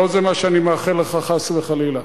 לא זה מה שאני מאחל לך, חס וחלילה.